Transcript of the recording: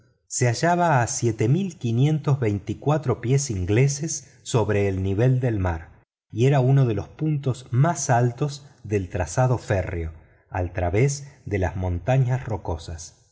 se hallaba a siete mil quinientos veinticuatro pies ingleses dobre el nivel del mar y era uno de los puntos más altos del trazado férreo al través de las montañas rocosas